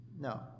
No